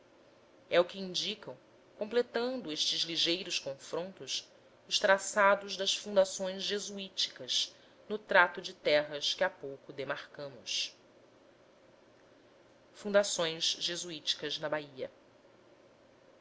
é o que indicam completando estes ligeiros confrontos os traçados das fundações jesuíticas no trato de terras que há pouco demarcamos fundações jesuísticas na bahia